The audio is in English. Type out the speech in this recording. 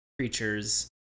creatures